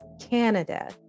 Canada